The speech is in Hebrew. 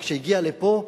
וכשהגיע לפה,